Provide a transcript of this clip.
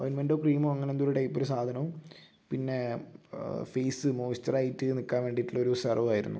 ഓയിൻമെൻ്റോ ക്രീമോ അങ്ങനെ എന്തോ ഒരു ടൈപ്പ് ഒരു സാധനവും പിന്നെ ഫേസ് മോസ്ചർ ആയിട്ട് നിൽക്കാൻ വേണ്ടിയിട്ടുള്ള ഒരു സെർവ് ആയിരുന്നു